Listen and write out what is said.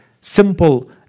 simple